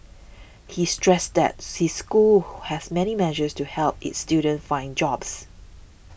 he stressed that's his school has many measures to help its students find jobs